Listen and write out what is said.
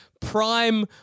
prime